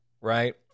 right